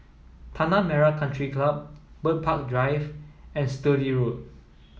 Tanah Merah Country Club Bird Park Drive and Sturdee Road